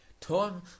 Tom